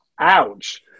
ouch